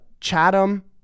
Chatham